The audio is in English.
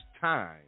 time